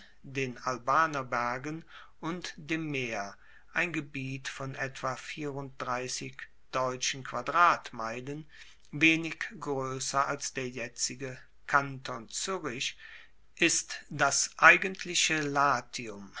den albaner bergen und dem meer ein gebiet von etwa deutschen quadratmeilen wenig groesser als der jetzige kanton zuerich ist das eigentliche latium